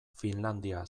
finlandia